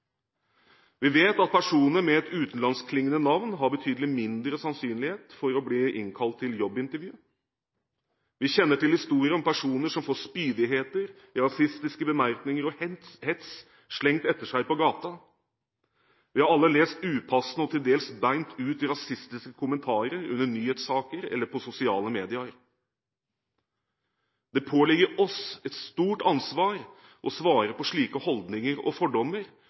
Vi vet at personer med et utenlandskklingende navn har betydelig mindre sannsynlighet for å bli innkalt til jobbintervju. Vi kjenner til historier om personer som får spydigheter, rasistiske bemerkninger og hets slengt etter seg på gaten. Vi har alle lest upassende og bent ut rasistiske kommentarer under nyhetssaker eller på sosiale medier. Det påligger oss et stort ansvar å svare på slike holdninger og fordommer,